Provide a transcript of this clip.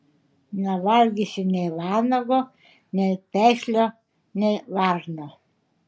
nevalgysi nei vanago nei peslio nei varno